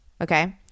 okay